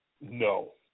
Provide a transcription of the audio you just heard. No